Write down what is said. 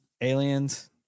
Aliens